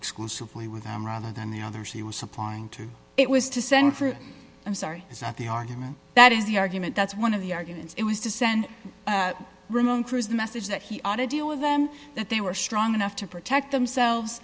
exclusively with them rather than the others he was supplying to it was to send for i'm sorry it's not the argument that is the argument that's one of the arguments it was to send ramon cruz the message that he ought to deal with them that they were strong enough to protect themselves